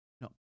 No